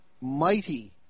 mighty